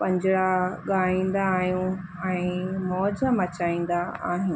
पंजड़ा ॻाईंदा आहियूं ऐं मौज मचाईंदा आहियूं